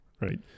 right